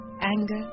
anger